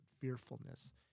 fearfulness